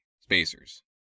spacers